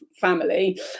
family